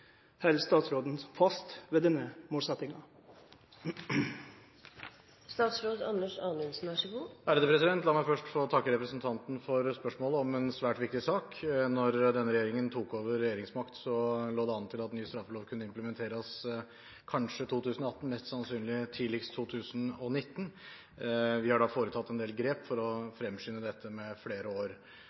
statsråden fast ved denne målsetnaden?» La meg først få takke representanten for spørsmålet om en svært viktig sak. Da denne regjeringen tok over regjeringsmakten, lå det an til at den nye straffeloven kanskje kunne implementeres i 2018, mest sannsynlig tidligst i 2019. Vi har foretatt en del grep for å fremskynde dette med flere år.